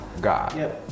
God